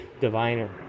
Diviner